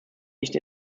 nicht